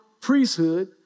priesthood